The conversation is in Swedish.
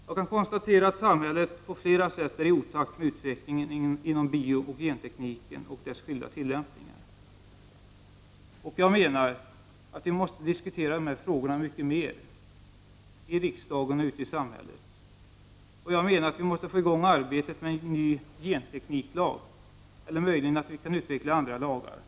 Jag kan konstatera att samhället på flera sätt är i otakt med utvecklingen inom biooch gentekniken och dess skilda tillämpningar. Jag menar att vi i riksdagen och ute i samhället måste diskutera dessa frågor mycket mer. Vi måste få i gång arbetet med en ny gentekniklag eller möjligen stifta andra lagar.